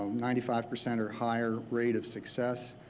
ah ninety five percent or higher rate of success.